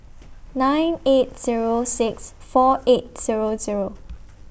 nine eight Zero six four eight Zero Zero